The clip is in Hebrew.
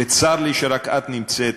וצר לי שרק את נמצאת,